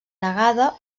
negada